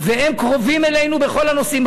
והם קרובים אלינו בכל הנושאים.